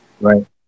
right